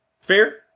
Fair